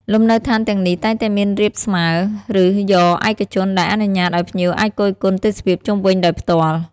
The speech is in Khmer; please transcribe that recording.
លំនៅដ្ឋានទាំងនេះតែងតែមានរាបស្មើរ ឬយ៉រឯកជន ដែលអនុញ្ញាតឲ្យភ្ញៀវអាចគយគន់ទេសភាពជុំវិញដោយផ្ទាល់។